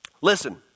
Listen